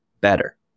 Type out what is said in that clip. better